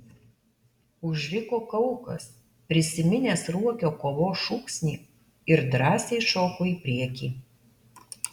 užriko kaukas prisiminęs ruokio kovos šūksnį ir drąsiai šoko į priekį